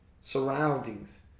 surroundings